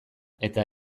eta